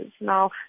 Now